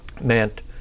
meant